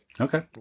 Okay